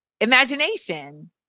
imagination